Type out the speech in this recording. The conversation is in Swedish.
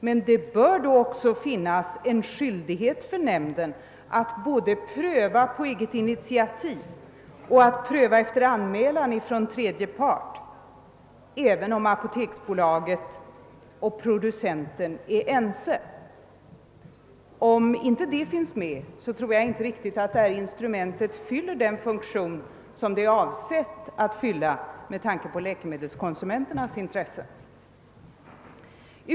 Men nämnden bör då vara skyldig att pröva både på eget initiativ och efter anmälan från tredje part även om apoteksbolaget och producenten är eniga; annars tror jag inte att instrumentet fyller den funktion med tanke på läkemedelskonsumenternas intresse som det är avsett att fylla.